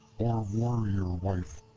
or warrior wife!